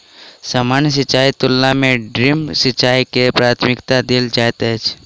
सामान्य सिंचाईक तुलना मे ड्रिप सिंचाई के प्राथमिकता देल जाइत अछि